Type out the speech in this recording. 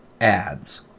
ads